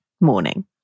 morning